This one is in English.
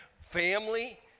family